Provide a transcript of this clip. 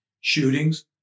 shootings